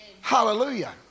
Hallelujah